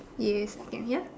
yes can hear